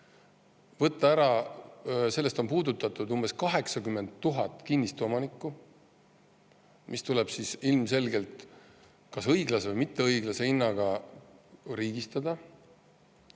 metsa. Sellest on puudutatud umbes 80 000 kinnistuomanikku, [kelle maa] tuleb ilmselgelt kas õiglase või mitteõiglase hinnaga riigistada.